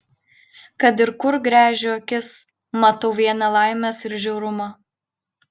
kad ir kur gręžiu akis matau vien nelaimes ir žiaurumą